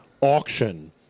auction